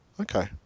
Okay